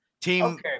Team